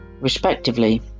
respectively